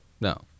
No